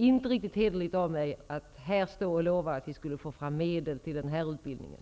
inte riktigt hederligt av mig att här lova att få fram medel till den här utbildningen.